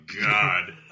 God